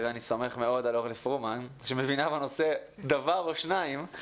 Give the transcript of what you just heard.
אני סומך מאוד על אורלי פרומן שמבינה בנושא דבר או שניים.